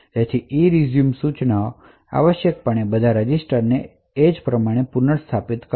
તેથી ERESUME સૂચના બધા રજિસ્ટર અને તે જ રીતે પુનર્સ્થાપિત કરશે